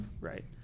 Right